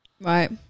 Right